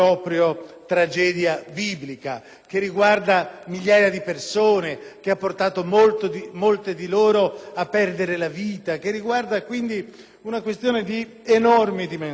tragedia biblica e cha riguarda migliaia di persone ed ha portato molte di loro a perdere la vita. Si tratta pertanto di una questione di enormi dimensioni